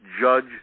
judge